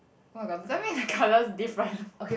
!wah! but don't tell me the colours different